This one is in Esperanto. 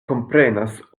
komprenas